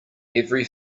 every